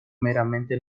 meramente